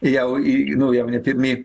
jau į nu jau ne pirmi